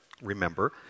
remember